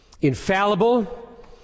infallible